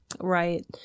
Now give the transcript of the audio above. Right